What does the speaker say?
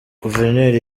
guverineri